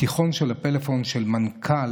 בפתיחון של הטלאפון של מנכ"ל